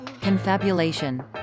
Confabulation